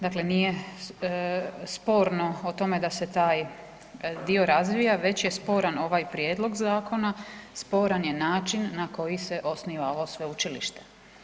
Dakle nije sporno o tome da se taj dio razvija već je sporan ovaj prijedlog zakona, sporan je način na koji se osniva ovo sveučilište.